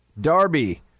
Darby